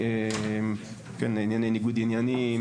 ענייני ניגוד עניינים,